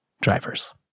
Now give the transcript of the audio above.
drivers